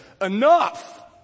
Enough